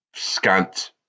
scant